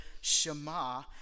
Shema